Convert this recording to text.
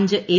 അഞ്ച് എൽ